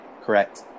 Correct